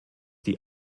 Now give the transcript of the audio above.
die